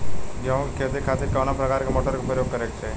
गेहूँ के खेती के खातिर कवना प्रकार के मोटर के प्रयोग करे के चाही?